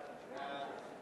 נגד?